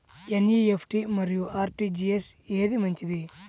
NEFT మరియు RTGS ఏది మంచిది?